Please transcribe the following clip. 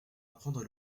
apprendre